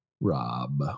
Rob